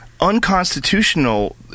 unconstitutional